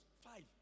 Five